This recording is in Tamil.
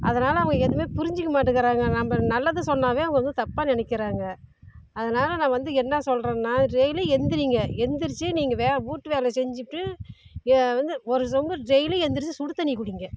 அதனால் அவங்க எதுவுமே புரிஞ்சிக்க மாட்டேங்கிறாங்க நம்ம நல்லது சொன்னாவே அவங்க வந்து தப்பாக நினைக்கிறாங்க அதனால் நான் வந்து என்ன சொல்கிறேன்னா டெய்லி எழுந்திரிங்க எழுந்திரிச்சி நீங்கள் வே வீட்டு வேலை செஞ்சுப்புட்டு வந்து ஒரு சொம்பு டெய்லி எழுந்திரிச்சி சுடு தண்ணி குடிங்க